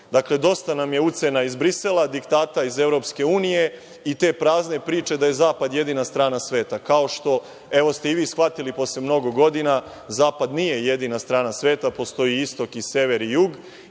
dosta nam je ucena iz Brisela, diktata iz EU, i te prazne priče da je zapad jedina strana sveta, kao što evo i vi ste shvatili, posle mnogo godina, zapad nije jedina strana sveta, postoji istok, sever, jug,